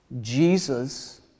Jesus